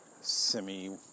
semi